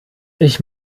ich